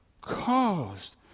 Caused